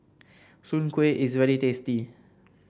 Soon Kway is very tasty